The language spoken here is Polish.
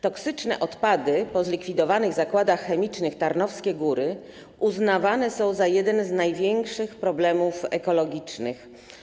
Toksyczne odpady po zlikwidowanych Zakładach Chemicznych Tarnowskie Góry uznawane są za jeden z największych problemów ekologicznych.